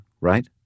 right